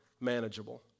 manageable